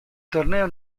torneo